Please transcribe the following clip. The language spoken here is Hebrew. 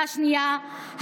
השנייה,